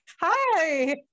Hi